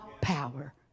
power